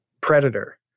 predator